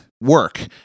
work